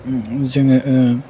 जोङो